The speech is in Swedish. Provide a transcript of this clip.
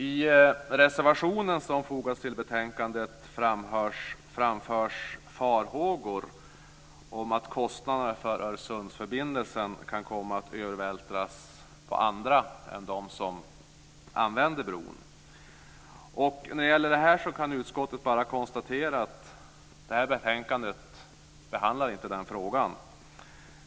I reservationen i betänkandet framförs farhågor om att kostnaderna för Öresundsförbindelsen kan komma att övervältras på andra än dem som använder bron. Utskottet konstaterar bara att det här betänkandet inte behandlar den frågan.